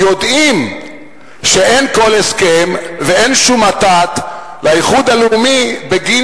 יודעים שאין כל הסכם ואין שום מתת לאיחוד הלאומי בגין